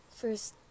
first